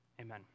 Amen